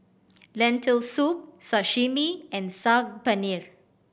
Lentil Soup Sashimi and Saag Paneer